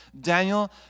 Daniel